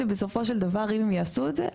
שבסופו של דבר אם הם יעשו את זה,